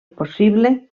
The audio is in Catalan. possible